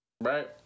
Right